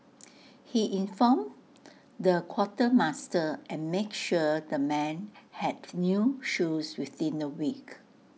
he informed the quartermaster and made sure the men had new shoes within A week